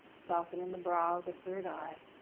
soften in the brow, the third eye.